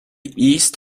east